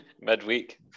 Midweek